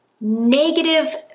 Negative